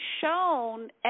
shown